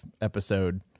episode